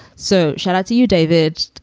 so shall i see you, david?